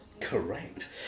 Correct